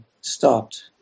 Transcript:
stopped